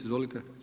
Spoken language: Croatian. Izvolite.